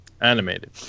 animated